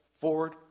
forward